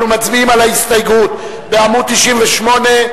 אנחנו מצביעים על ההסתייגות בעמוד 98,